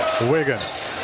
Wiggins